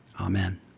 Amen